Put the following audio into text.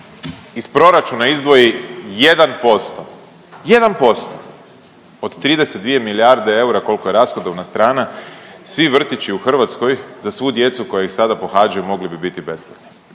iz proračuna izdvoji 1%, 1% od 32 milijarde eura kolko je rashodovna strana, svi vrtići u Hrvatskoj za svu djecu koja ih sada pohađaju mogli bi biti besplatni.